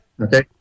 okay